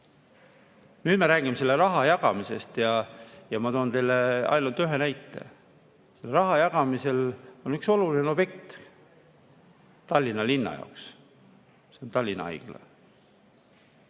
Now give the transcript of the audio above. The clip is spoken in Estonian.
nüüd me räägime selle raha jagamisest. Ma toon teile ainult ühe näite. Raha jagamisel on üks oluline objekt Tallinna linna jaoks, see on Tallinna Haigla.